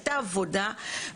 הייתה עבודה,